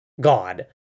God